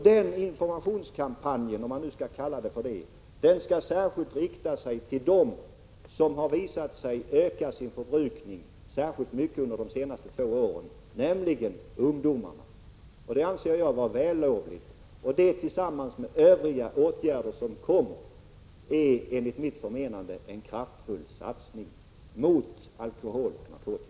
Den informationskampanjen, om man kan kalla den för det, skall särskilt rikta sig till dem som visat sig öka sin förbrukning särskilt mycket under de senaste två åren, nämligen ungdomarna. Det anser jag vara vällovligt. Det tillsammans med Övriga åtgärder som kommer att vidtas är enligt mitt förmenande en kraftfull satsning mot alkohol och narkotika.